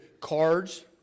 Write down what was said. cards